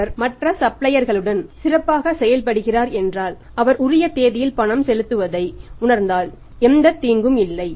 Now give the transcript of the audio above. அவர் மற்ற சப்ளையர்களுடன் சிறப்பாகச் செயல்படுகிறார் என்றால் அவர் உரிய தேதியில் பணம் செலுத்துவதை உணர்ந்தால் எந்தத் தீங்கும் இல்லை